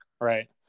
Right